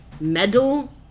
medal